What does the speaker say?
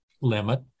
limit